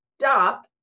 stop